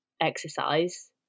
exercise